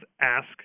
Ask